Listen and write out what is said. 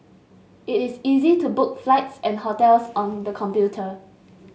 it is easy to book flights and hotels on the computer